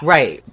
Right